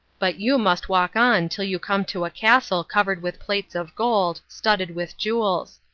but you must walk on till you come to a castle covered with plates of gold, studded with jewels.